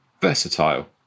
versatile